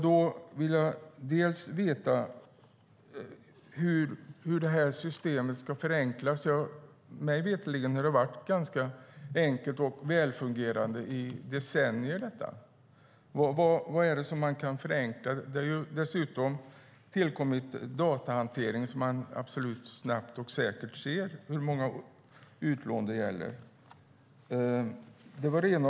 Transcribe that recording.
Då vill jag veta hur det här systemet ska förenklas. Mig veterligen har det varit ganska enkelt och välfungerande i decennier. Vad är det som man kan förenkla? Det har dessutom tillkommit datahantering så att man snabbt och säkert ser hur många utlån det gäller. Det var det ena.